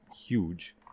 huge